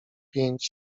pięć